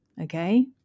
okay